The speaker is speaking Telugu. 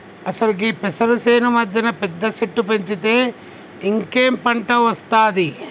అసలు గీ పెసరు సేను మధ్యన పెద్ద సెట్టు పెంచితే ఇంకేం పంట ఒస్తాది